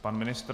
Pan ministr.